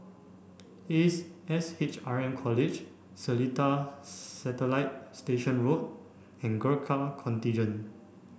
Ace S H R M College Seletar Satellite Station Road and Gurkha Contingent